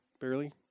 Barely